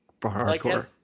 hardcore